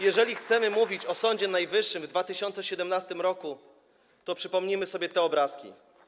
Jeżeli chcemy mówić o Sądzie Najwyższym w 2017 r., to przypomnijmy sobie te obrazki.